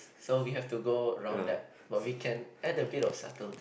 so we have to go around that but we can add a bit of subtle thing